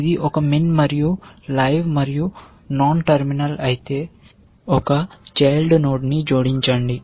ఇది ఒక min మరియు లైవ్ మరియు నాన్ టెర్మినల్ అయితే ఒక చైల్డ్ నోడ్ ని జోడించండి